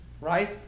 right